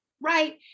right